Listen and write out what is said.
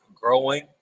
growing